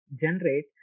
generate